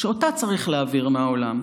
שאותה צריך להעביר מהעולם.